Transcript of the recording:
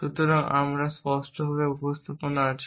সুতরাং আমরা এই স্পষ্টভাবে উপস্থাপনা আছে